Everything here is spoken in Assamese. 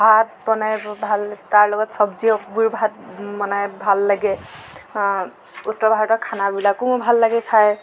ভাত বনাই ভাল তাৰ লগত চব্জিবোৰ ভাত বনাই ভাল লাগে উত্তৰ ভাৰতৰ খানাবিলাকো মোৰ ভাল লাগে খাই